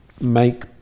make